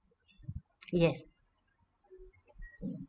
yes